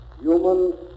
human